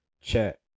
chat